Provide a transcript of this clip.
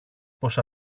πως